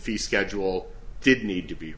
fee schedule did need to be